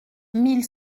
mille